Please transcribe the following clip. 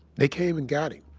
they came and got him,